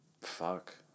fuck